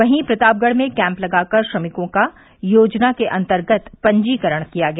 वहीं प्रतापगढ में कैम्प लगाकर श्रमिकों का योजना के अन्तर्गत पंजीकरण किया गया